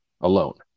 alone